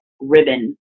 ribbon